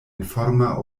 informa